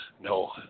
no